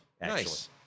Nice